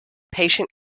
patient